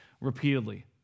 repeatedly